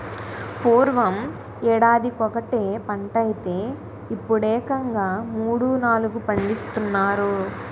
పూర్వం యేడాదికొకటే పంటైతే యిప్పుడేకంగా మూడూ, నాలుగూ పండిస్తున్నారు